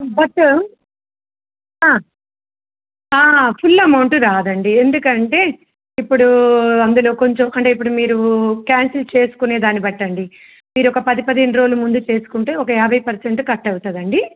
but full amount రాదండి ఎందుకంటే ఇప్పుడు అందులో కొంచం అంటే ఇప్పుడు మీరు క్యాన్సిల్ చేసుకునే దాన్ని బట్టండి మీరు ఒక పది పదిహేను రోజులు ముందు చేసుకుంటే ఒక యాభై పర్సెంట్ కట్ అవుతాదండి